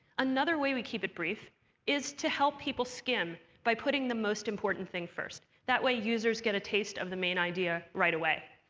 another way we keep it brief is to help people skim by putting the most important thing first. that way users get a taste of the main idea right away.